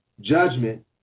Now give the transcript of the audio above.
judgment